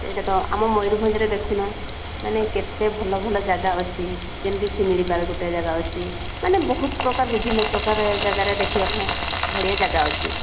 ସେଟାତ ଆମ ମୟୁରଭଞ୍ଜରେ ଦେଖୁନ କେତେ ମାନେ ଭଲ ଭଲ ଜାଗା ଅଛି ଯେମିତି ଶିମିଳିପାଳ ଗୋଟେ ଜାଗା ଅଛି ମାନେ ବହୁତ ପ୍ରକାର ବିଭିନ୍ନ ପ୍ରକାର ଜାଗାରେ ଦେଖିବା ପାଇଁ ବଢ଼ିଆ ଜାଗା ଅଛି